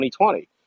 2020